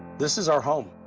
this is our home.